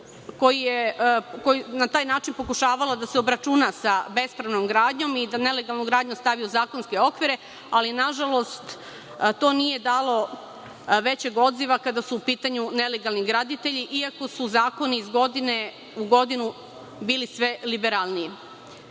koja je na taj način pokušavala da se obračuna sa bespravnom gradnjom i da nelegalnu gradnju stavi u zakonske okvire, ali nažalost, to nije dalo većeg odziva kada su u pitanju nelegalni graditelji, iako su zakoni iz godine u godinu bili sve liberalniji. Ovim